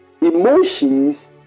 emotions